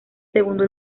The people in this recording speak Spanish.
segundo